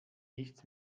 nichts